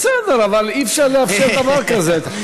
בסדר, אבל אי-אפשר לאפשר דבר כזה.